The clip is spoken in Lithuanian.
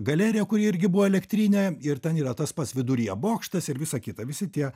galerija kuri irgi buvo elektrinė ir ten yra tas pats viduryje bokštas ir visa kita visi tie